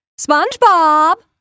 SpongeBob